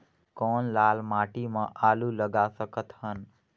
कौन लाल माटी म आलू लगा सकत हन?